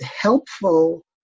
helpful